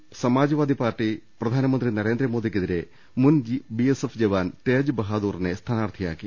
വാരണാസിയിൽ Samajwadi party പ്രധാനമന്ത്രി നരേ ന്ദ്രമോദിക്കെതിരെ മുൻ ബിഎസ്എഫ് ജവാൻ തേജ് ബഹാ ദൂറിനെ സ്ഥാനാർത്ഥിയാക്കി